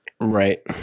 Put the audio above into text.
Right